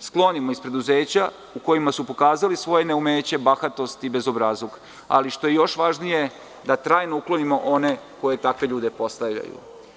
sklonimo iz preduzeća u kojima su pokazali svoje neumeće, bahatost i bezobrazluk, ali što je još važnije da trajno uklonimo one koji takve ljude postavljaju.